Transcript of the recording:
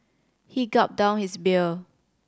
he gulped down his beer